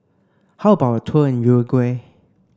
how about a tour in Uruguay